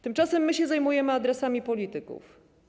Tymczasem my się zajmujemy adresami polityków.